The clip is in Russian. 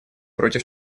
против